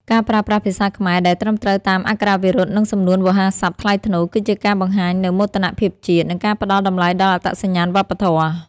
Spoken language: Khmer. ការប្រើប្រាស់ភាសាខ្មែរដែលត្រឹមត្រូវតាមអក្ខរាវិរុទ្ធ និងសំនួនវោហារស័ព្ទថ្លៃថ្នូរ គឺជាការបង្ហាញនូវមោទនភាពជាតិ និងការផ្តល់តម្លៃដល់អត្តសញ្ញាណវប្បធម៌។